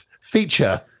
feature